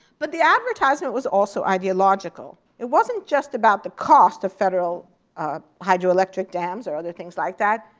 but the advertisement was also ideological. it wasn't just about the cost of federal hydroelectric dams or other things like that.